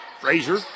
Frazier